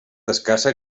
escassa